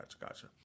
gotcha